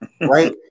Right